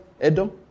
Edom